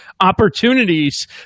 opportunities